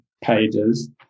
pages